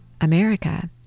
America